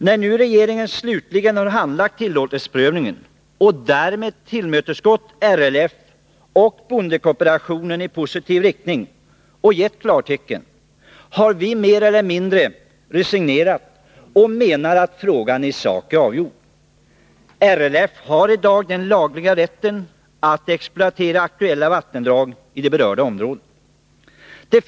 När nu regeringen slutligen har handlagt tillåtlighetsprövningen och därmed behandlat LRF och bondekooperationen i positiv anda och gett klartecken har vi mer eller mindre resignerat. Vi menar att frågan i sak är avgjord. LRF har i dag den lagliga rätten att exploatera aktuella vattendrag i det berörda området.